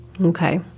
Okay